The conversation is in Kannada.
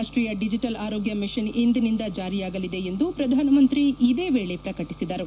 ರಾಷ್ಟೀಯ ಡಿಜಿಟಲ್ ಆರೋಗ್ಕ ಮಿಷನ್ ಇಂದಿನಿಂದ ಜಾರಿಯಾಗಲಿದೆ ಎಂದು ಪ್ರಧಾನಮಂತ್ರಿ ಇದೇ ವೇಳೆ ಪ್ರಕಟಿಸಿದರು